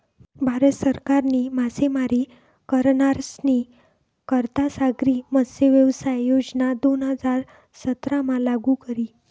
भारत सरकारनी मासेमारी करनारस्नी करता सागरी मत्स्यव्यवसाय योजना दोन हजार सतरामा लागू करी